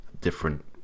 different